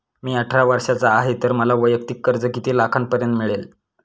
मी अठरा वर्षांचा आहे तर मला वैयक्तिक कर्ज किती लाखांपर्यंत मिळेल?